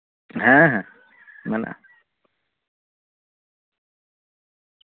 ᱦᱮᱸ ᱦᱮᱸ ᱢᱮᱱᱟᱜᱼᱟ